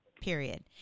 Period